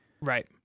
Right